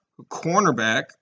cornerback